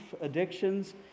addictions